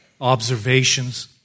observations